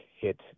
hit